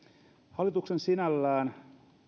hallituksen sinällään